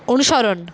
অনুসরণ